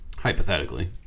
Hypothetically